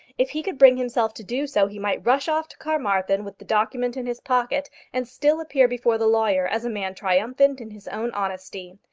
if he could bring himself to do so he might rush off to carmarthen with the document in his pocket, and still appear before the lawyer as a man triumphant in his own honesty,